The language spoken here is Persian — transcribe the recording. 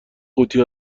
قوطی